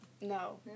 No